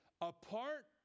apart